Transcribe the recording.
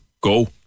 go